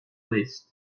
least